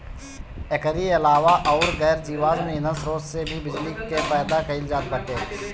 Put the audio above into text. एकरी अलावा अउर गैर जीवाश्म ईधन स्रोत से भी बिजली के पैदा कईल जात बाटे